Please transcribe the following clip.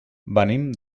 venim